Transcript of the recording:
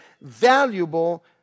valuable